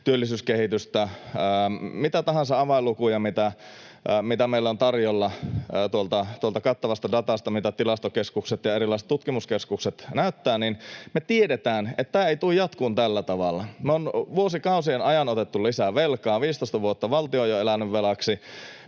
työllisyyskehitystä, mitä tahansa avainlukuja, joita meillä on tarjolla tuolla kattavassa datassa, mitä tilastokeskukset ja erilaiset tutkimuskeskukset näyttävät —, tietää, että tämä ei tule jatkumaan tällä tavalla. Me ollaan vuosikausien ajan otettu lisää velkaa, 15 vuotta valtio on jo elänyt velaksi,